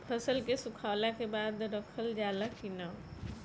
फसल के सुखावला के बाद रखल जाला कि न?